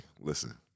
listen